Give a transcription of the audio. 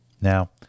Now